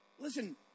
Listen